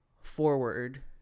forward